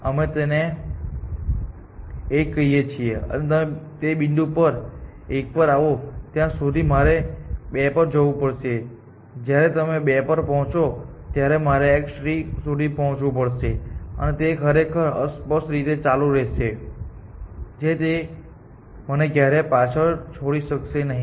અમે તેને x 1 કહી શકીએ છીએ અને તમે તે બિંદુ x 1 પર આવો ત્યાં સુધીમાં મારે x 2 પર જવું પડશે અને જ્યારે તમે x 2 પર પહોંચો ત્યારે મારે x 3 સુધી પહોંચવું પડશે અને તે ખરેખર અસ્પષ્ટ રીતે ચાલુ રહેશે જેથી તમે મને ક્યારેય પાછળ છોડી શકશો નહીં